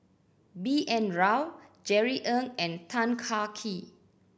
B N Rao Jerry Ng and Tan Kah Kee